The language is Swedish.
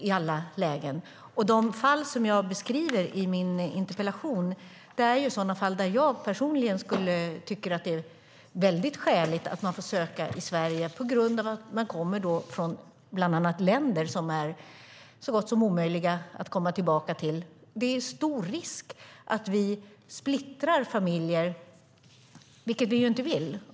I min interpellation beskriver jag sådana fall där jag personligen tycker att det vore skäligt att man finge söka i Sverige på grund av att man till exempel kommer från ett land som det är så gott som omöjligt att komma tillbaka till. Det är stor risk att vi splittrar familjer, vilket vi inte vill.